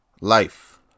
Life